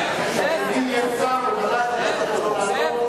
כשאדוני יהיה שר בוודאי אאפשר לו לעלות.